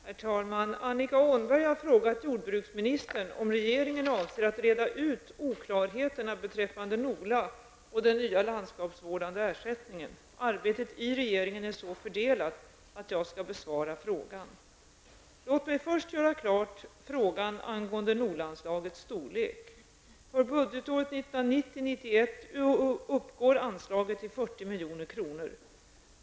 Herr talman! Annika Åhnberg har frågat jordbruksministern om regeringen avser att reda ut oklarheterna beträffande NOLA och den nya landskapsvårdande ersättningen. Arbetet i regeringen är så fördelat att jag skall besvara frågan. Låt mig först göra klart frågan angående NOLA anslagets storlek. För budgetåret 1990/91 uppgår anslaget till 40 milj.kr.